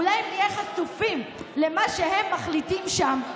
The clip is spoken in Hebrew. אולי אם נהיה חשופים למה שהם מחליטים שם,